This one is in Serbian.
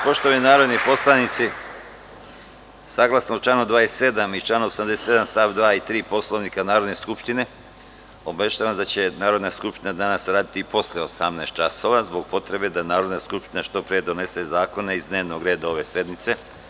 Poštovani narodni poslanici, saglasno članu 27. i članu 87. st. 2. i 3. Poslovnika Narodne skupštine, obaveštavam vas da će Narodna skupština danas raditi i posle 18.00 časova zbog potrebe da Narodna skupština što pre donese zakone iz dnevnog reda ove sednice.